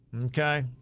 Okay